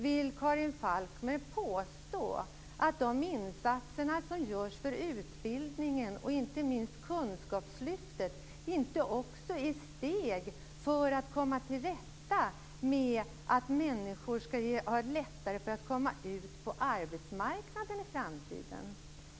Vill Karin Falkmer påstå att de insatser som görs för utbildningen, inte minst kunskapslyftet, inte också är steg för att människor skall få det lättare att komma ut på arbetsmarknaden i framtiden?